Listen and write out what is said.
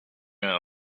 and